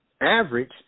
average